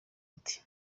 ati